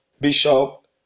Bishop